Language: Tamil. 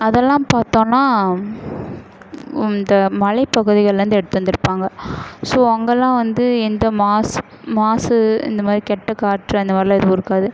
அதெல்லாம் பார்த்தோன்னா இந்த மலை பகுதிகள்லேருந்து எடுத்து வந்திருப்பாங்க ஸோ அங்கெலாம் வந்து எந்த மாஸ் மாசு இந்த மாதிரி கெட்ட காற்று அந்த மாதிரிலாம் எதுவும் இருக்காது